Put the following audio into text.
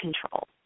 control